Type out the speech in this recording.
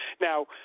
Now